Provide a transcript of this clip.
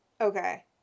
Okay